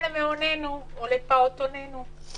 זה